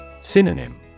Synonym